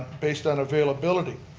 based on availability.